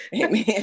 Amen